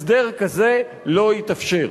הסדר כזה לא יתאפשר.